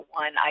one